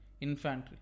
Infantry